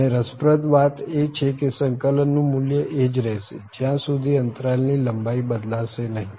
અને રસપ્રદ વાત એ છે કે સંકલનનું મુલ્ય એ જ રહેશે જ્યાં સુધી અંતરાલ ની લંબાઈ બદલાશે નહીં